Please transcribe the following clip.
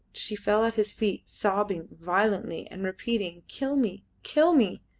she fell at his feet sobbing violently and repeating, kill me! kill me!